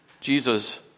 Jesus